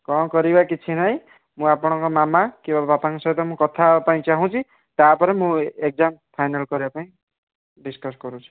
କ'ଣ କରିବା କିଛି ନାଇଁ ମୁଁ ଆପଣଙ୍କ ମାମା କିମ୍ବା ବାପାଙ୍କ ସହ କଥା ହେବା ପାଇଁ ଚାହୁଛି ତା'ପରେ ମୁଁ ଏକ୍ଜାମ୍ ଫାଇନାଲ୍ କରିବା ପାଇଁ ଡିସ୍କସ୍ କରୁଛି